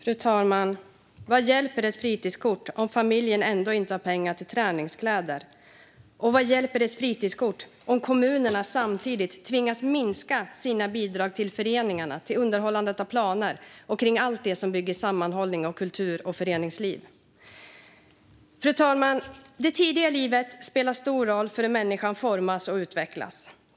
Fru talman! Vad hjälper ett fritidskort om familjen inte har pengar till träningskläder? Vad hjälper ett fritidskort om kommunerna tvingas minska sina bidrag till föreningar, underhåll av planer och allt annat som bygger sammanhållning, kultur och föreningsliv? Fru talman! Det tidiga livet spelar stor roll för hur människan formas och utvecklas.